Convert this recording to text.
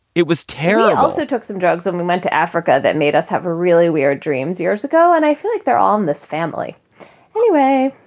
it was terrible i also took some drugs and we went to africa. that made us have a really weird dreams years ago. and i feel like they're all in this family anyway